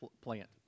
plant